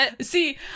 See